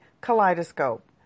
Kaleidoscope